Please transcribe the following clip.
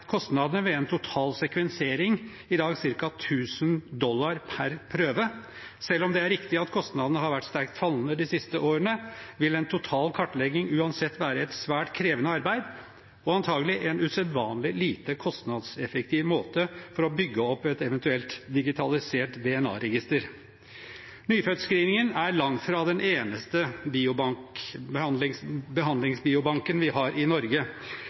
kostnadene ved en total sekvensering i dag ca. 1 000 dollar per prøve. Selv om det er riktig at kostnadene har vært sterkt fallende de siste årene, vil en total kartlegging uansett være et svært krevende arbeid – og antakelig usedvanlig lite kostnadseffektivt for å bygge opp et eventuelt digitalisert DNA-register. Nyfødtscreeningen er langt fra den eneste behandlingsbiobanken vi har i Norge.